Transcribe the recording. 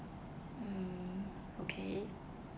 mm okay